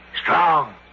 Strong